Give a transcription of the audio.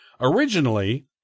Originally